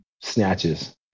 snatches